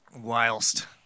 Whilst